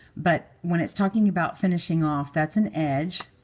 but when it's talking about finishing off, that's an edge.